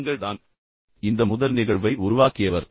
நீங்கள் தான் இந்த முதல் நிகழ்வை உருவாக்கியவர்